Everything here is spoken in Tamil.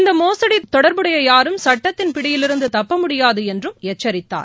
இந்த மோசடி தொடர்புடைய யாரும் சுட்டத்தின் பிடியிலிருந்த தப்ப முடியாது என்றும் எச்சித்தார்